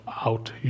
out